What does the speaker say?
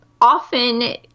often